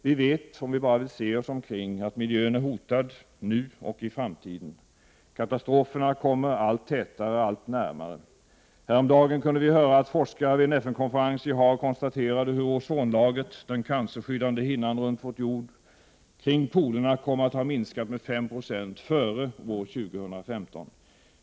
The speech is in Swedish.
Vi vet — om vi bara vill se oss omkring — att miljön är hotad nu och i framtiden. Katastroferna kommer allt tätare och allt närmare. Häromdagen kunde vi höra att forskare vid en FN-konferens i Haag konstaterade hur ozonlagret — den cancerskyddande hinnan runt vår jord — kring polerna kommer att ha minskat med 5 960 före år 2015.